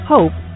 Hope